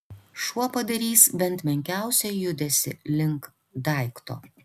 šuo padarys bent menkiausią judesį link daikto